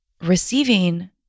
receiving